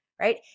right